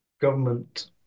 government